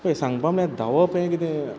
पय सांगपा म्हळ्यार धांवप हें कितें